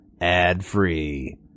ad-free